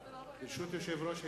ברשות יושב-ראש הישיבה,